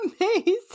amazing